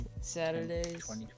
Saturdays